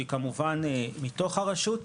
היא כמובן מתוך הרשות,